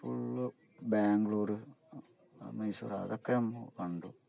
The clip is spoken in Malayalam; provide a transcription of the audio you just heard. ഫുള്ള് ബാംഗ്ളൂര് മൈസൂര് അതൊക്കെ നമ്മൾ കണ്ടു